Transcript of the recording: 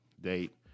date